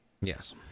yes